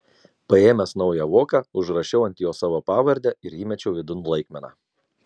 paėmęs naują voką užrašiau ant jo savo pavardę ir įmečiau vidun laikmeną